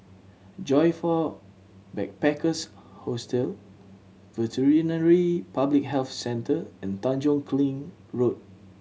Joyfor Backpackers' Hostel Veterinary Public Health Centre and Tanjong Kling Road